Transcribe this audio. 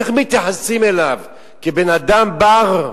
איך מתייחסים אליו, כבן-אדם בר?